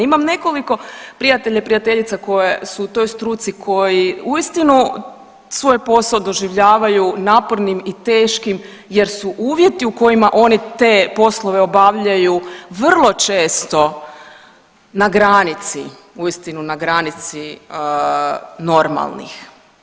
Imam nekoliko prijatelja i prijateljica koje su u toj struci koji uistinu svoje posao doživljavaju napornim i teškim, jer su uvjeti u kojima oni te poslove obavljaju vrlo često na granici, uistinu na granici normalnih.